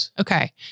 Okay